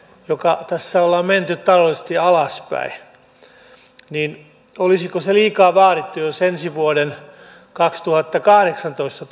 joka tässä on menty taloudellisesti alaspäin olisiko se liikaa vaadittu jos ensi vuoden vuoden kaksituhattakahdeksantoista